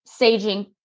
saging